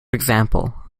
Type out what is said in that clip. example